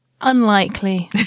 Unlikely